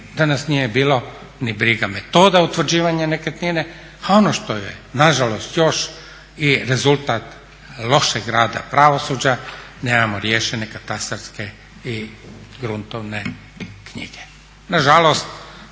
da nas nije bilo briga metoda utvrđivanja nekretnine. A ono što je nažalost još i rezultat lošeg rada pravosuđa nemamo riješene katastarske i gruntovne knjige.